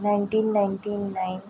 nineteen ninety nine